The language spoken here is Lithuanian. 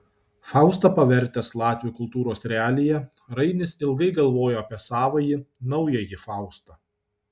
faustą pavertęs latvių kultūros realija rainis ilgai galvojo apie savąjį naująjį faustą